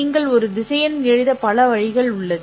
நீங்கள் ஒரு திசையன் எழுத பல வழிகள் உள்ளது